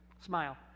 Smile